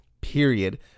period